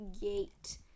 gate